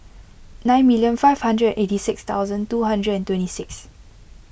nine million five hundred eighty six thousand two hundred and twenty six